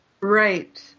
Right